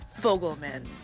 fogelman